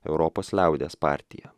europos liaudies partiją